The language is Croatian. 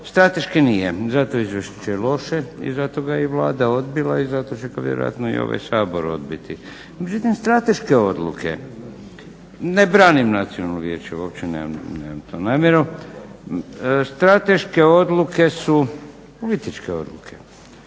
strateške nije zato je izvješće loše i zato ga je i Vlada odbila i zato će ga vjerojatno i ovaj Sabor odbiti. Međutim, strateške odluke, ne branim Nacionalno vijeće uopće nemam tu namjeru, strateške odluke su političke odluke